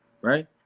right